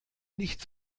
nicht